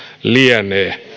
lienee